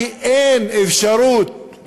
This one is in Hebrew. כי אין אפשרות,